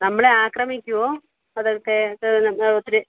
നമ്മളെ ആക്രമിക്കുവോ അതൊക്കെ ഒത്തിരി